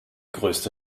größte